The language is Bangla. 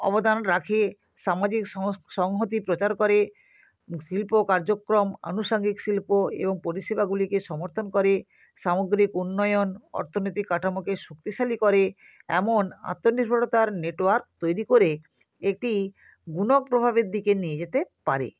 অবদান রাখে সামাজিক সংস সংহতি প্রচার করে শিল্প কার্যক্রম আনুসাঙ্গিক শিল্প এবং পরিষেবাগুলিকে সমর্থন করে সামগ্রিক উন্নয়ন অর্থনীতিক কাঠামোকে শক্তিশালী করে এমন আত্মনির্ভরতার নেটওয়ার্ক তৈরি করে একটি গুণপ্রভাবের দিকে নিয়ে যেতে পারে